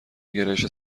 گرایش